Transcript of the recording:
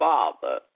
Father